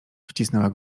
wcisnęła